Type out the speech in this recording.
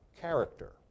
character